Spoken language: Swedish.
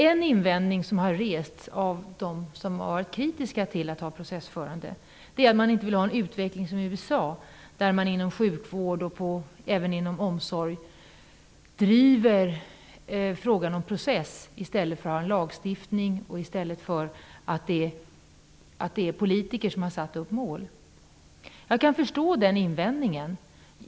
En invändning som har rests av dem som har varit kritiska till processföring är att de inte vill ha en utveckling motsvarande den i USA. Inom sjukvård och omsorg drivs frågor med hjälp av processer i stället för att ha en lagstiftning och att politiker har satt upp mål. Jag kan förstå den invändningen.